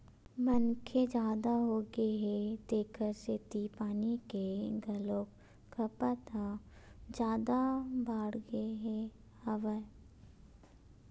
मनखे जादा होगे हे तेखर सेती पानी के घलोक खपत ह जादा बाड़गे गे हवय